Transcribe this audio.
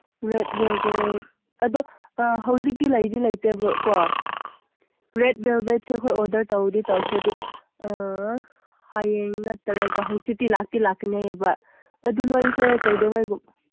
rate velvet ꯑꯗꯣ ꯍꯧꯖꯤꯛꯇꯤ ꯂꯩꯗꯤ ꯂꯩꯇꯦꯕꯀꯣ ꯔꯦꯠ ꯚꯦꯜꯚꯦꯠꯁꯦ ꯑꯩꯈꯣꯏ ꯑꯣꯔꯗꯔ ꯇꯧꯗꯤ ꯇꯧꯈ꯭ꯔꯦ ꯑꯗꯨ ꯍꯌꯦꯡ ꯅꯠꯇ꯭ꯔꯒ ꯍꯪꯆꯤꯠꯇꯤ ꯂꯥꯛꯇꯤ ꯂꯥꯛꯀꯅꯤ ꯍꯥꯏꯌꯦꯕ ꯑꯗꯨ ꯅꯣꯏꯁꯦ ꯀꯩꯗꯧꯉꯩꯒꯨꯝ